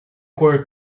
cor